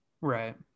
right